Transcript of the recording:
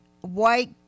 white